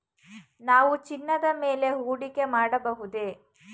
ನಾವು ಚಿನ್ನದ ಮೇಲೆ ಹೂಡಿಕೆ ಮಾಡಬಹುದೇ?